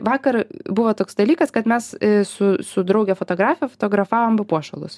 vakar buvo toks dalykas kad mes su su drauge fotografe fotografavom papuošalus